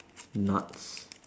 nuts